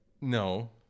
No